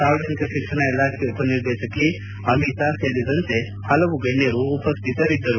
ಸಾರ್ವಜನಿಕ ಶಿಕ್ಷಣ ಇಲಾಖೆ ಉಪನಿರ್ದೇಶಕಿ ಅಮಿತಾ ಯರಗೋಳ್ಕರ್ ಸೇರಿದಂತೆ ಹಲವು ಗಣ್ಣರು ಉಪಸ್ವಿತರಿದ್ದರು